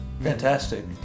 Fantastic